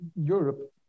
Europe